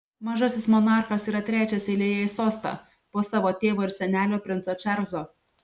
mažasis monarchas yra trečias eilėje į sostą po savo tėvo ir senelio princo čarlzo